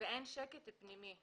ואין שקט פנימי.